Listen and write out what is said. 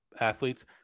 athletes